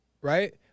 right